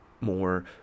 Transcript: more